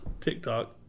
TikTok